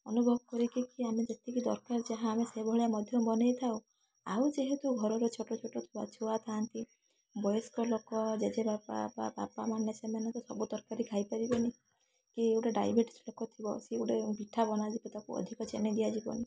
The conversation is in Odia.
ଅନୁଭବ କରିକି କି ଆମକୁ ଯେତିକି ଦରକାର ଯାହା ସେଭଳିଆ ମଧ୍ୟ ବନାଇଥାଉ ଆଉ ଯେହେତୁ ଘରର ଛୋଟ ଛୋଟ ଛୁଆ ଥାଆନ୍ତି ବୟସ୍କ ଲୋକ ଜେଜେବାପା ବାପା ମାନେ ସେମାନେ ତ ସବୁ ତରକାରୀ ଖାଇପାରିବେନି କି କିଏ ଗୋଟେ ଡାଇବେଟିକସ୍ ଲୋକ ଥିବ ସେ ଗୋଟେ ମିଠା ବନାଯିବ ତାକୁ ଅଧିକ ଚିନି ଦିଆଯିବନି